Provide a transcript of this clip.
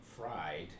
fried